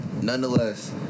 nonetheless